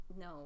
no